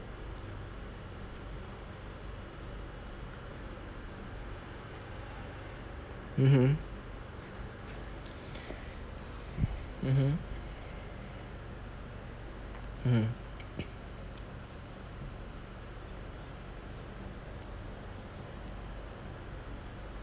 mmhmm mmhmm mmhmm